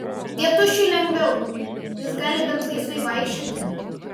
tėtušiui lengviau jis gali bent laisvai vaikščioti